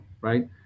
right